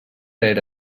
era